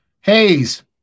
Hayes